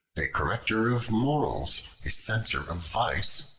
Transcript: a corrector of morals, a censor of vice,